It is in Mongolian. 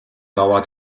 аваад